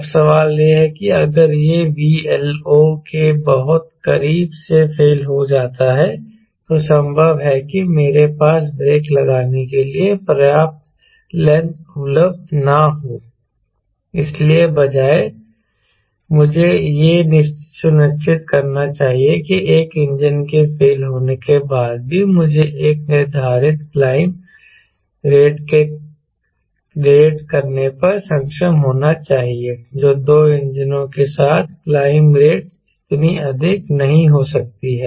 अब सवाल यह है कि अगर यह VLO के बहुत करीब से फेल हो जाता है तो संभव है कि मेरे पास ब्रेक लगाने के लिए पर्याप्त लेंथ उपलब्ध न हो इसके बजाय मुझे यह सुनिश्चित करना चाहिए कि एक इंजन के फेल होने के बाद भी मुझे एक निर्धारित क्लाइंब रेट पर करने में सक्षम होना चाहिए जो 2 इंजनों के साथ क्लाइंब रेट जितनी अधिक नहीं हो सकती है